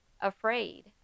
afraid